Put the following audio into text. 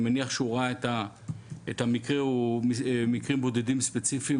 אני מניח שהוא ראה מקרה או מקרים בודדים ספציפיים,